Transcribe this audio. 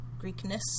Greekness